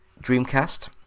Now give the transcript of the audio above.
Dreamcast